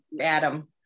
Adam